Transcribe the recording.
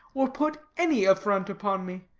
or put any affront upon me.